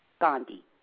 Gandhi